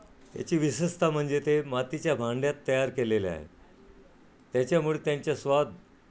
याची विशेषत म्हणजे ते मातीच्या भांड्यात तयार केलेले आहे त्याच्यामुळे त्यांच्या स्वाद